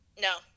No